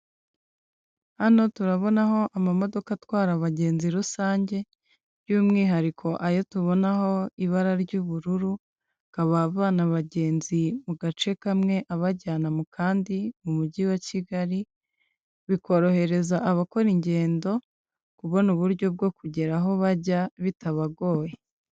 Hano turabonaho amamodoka atwara abagenzi rusange, by'umwihariko ayo tubonaho ibara ry'ubururu, akaba avana abagenzi mu gace kamwe abajyana mu kandi mu mujyi wa Kigali, bikorohereza abakora ingendo kubona uburyo bwo kugera aho bajya bitabagoye.